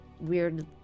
weird